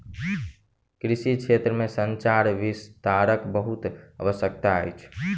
कृषि क्षेत्र में संचार विस्तारक बहुत आवश्यकता अछि